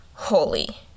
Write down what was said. holy